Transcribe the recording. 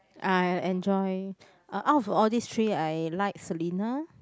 I enjoy uh out of all these three I like Selina